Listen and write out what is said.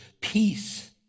peace